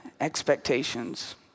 expectations